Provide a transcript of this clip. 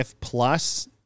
plus